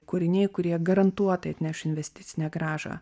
kūriniai kurie garantuotai atneš investicinę grąžą